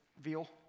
veal